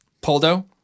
Poldo